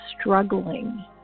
struggling